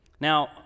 Now